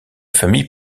famille